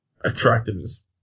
attractiveness